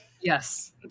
yes